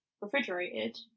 refrigerated